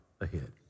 ahead